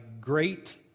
great